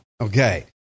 Okay